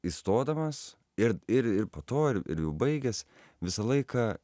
įstodamas ir ir ir po to ir jau baigęs visą laiką